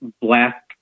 black